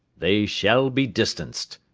they shall be distanced,